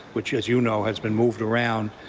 which, as you know, has been moved around,